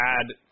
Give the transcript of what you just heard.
add